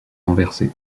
renversé